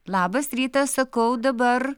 labas rytas sakau dabar